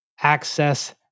access